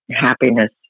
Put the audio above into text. happiness